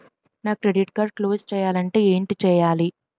నా credit card close చేయాలంటే ఏంటి చేయాలి?